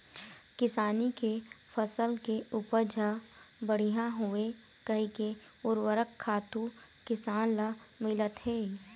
किसानी के फसल के उपज ह बड़िहा होवय कहिके उरवरक खातू किसान ल मिलत हे